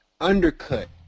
undercut